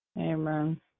Amen